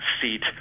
seat